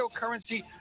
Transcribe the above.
cryptocurrency